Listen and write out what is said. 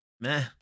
Meh